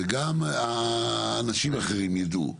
וגם האנשים האחרים ידעו,